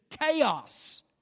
chaos